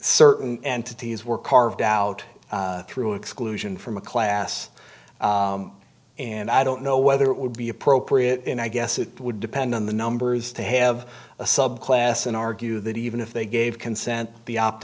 certain entities were carved out through exclusion from a class and i don't know whether it would be appropriate and i guess it would depend on the numbers to have a subclass and argue that even if they gave consent the opt